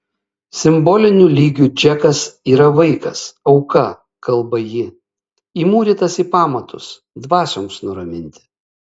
simboliniu lygiu džekas yra vaikas auka kalba ji įmūrytas į pamatus dvasioms nuraminti